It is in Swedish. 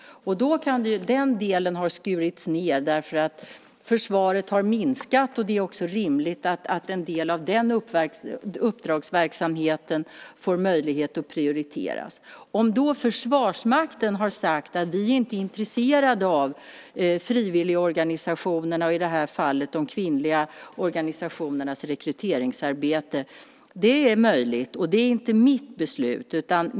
Den delen har skurits ned, därför att försvaret har minskat. Det är då rimligt att en del av uppdragsverksamheten får möjlighet att prioriteras. Att då Försvarsmakten har sagt att man inte är intresserad av frivilligorganisationernas, i det här fallet de kvinnliga organisationernas, rekryteringsarbete är möjligt, men det är inte mitt beslut.